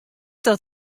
dat